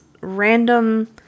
random